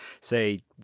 say